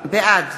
בעד